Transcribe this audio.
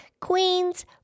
Queens